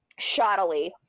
shoddily